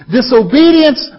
Disobedience